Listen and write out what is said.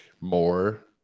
more